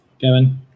Kevin